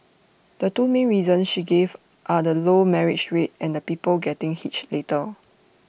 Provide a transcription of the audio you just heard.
the two main reasons she gave are the low marriage rate and people getting hitched later